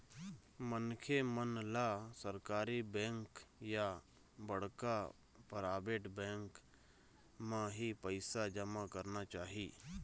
मनखे मन ल सरकारी बेंक या बड़का पराबेट बेंक म ही पइसा जमा करना चाही